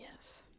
Yes